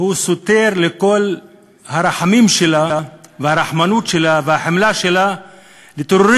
סותר את כל הרחמים שלה והרחמנות שלה והחמלה שלה כלפי